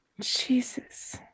Jesus